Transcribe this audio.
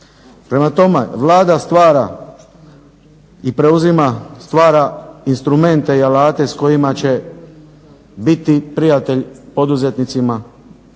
Prema tome Vlada stvara i preuzima, stvara instrumente i alate s kojima će biti prijatelj poduzetnicima,